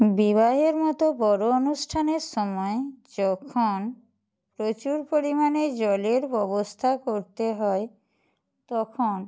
বিবাহের মতো বড় অনুষ্ঠানের সময় যখন প্রচুর পরিমাণে জলের ব্যবস্থা করতে হয় তখন